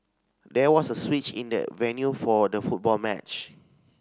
there was a switch in the venue for the football match